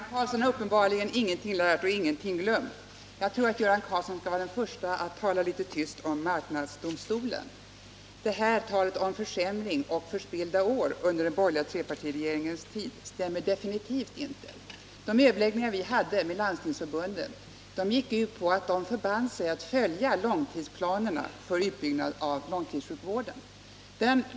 Herr talman! Göran Karlsson har uppenbarligen ingenting lärt och ingenting glömt. Jag tror att Göran Karlsson bör vara den förste att tala tyst om marknadsdomstolen. Talet om försämring och förspillda år under den borgerliga trepartiregeringens tid stämmer definitivt inte med verkligheten. De överläggningar som vi hade med Landstingsförbundet gick ut på att landstingen förband sig att följa långtidsplanerna för utbyggnad av långtidssjukvården.